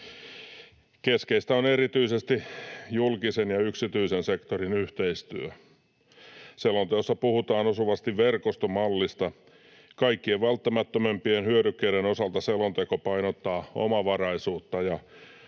Keskeistä on erityisesti julkisen ja yksityisen sektorin yhteistyö. Selonteossa puhutaan osuvasti verkostomallista. Kaikkein välttämättömimpien hyödykkeiden osalta selonteko painottaa omavaraisuutta, ja